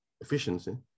efficiency